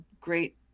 great